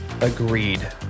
agreed